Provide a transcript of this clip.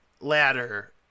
ladder